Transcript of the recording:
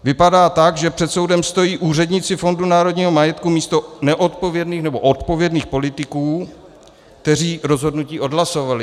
Vypadá to tak, že před soudem stojí úředníci Fondu národního majetku místo odpovědných politiků, kteří rozhodnutí odhlasovali.